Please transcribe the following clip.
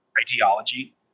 ideology